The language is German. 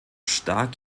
stark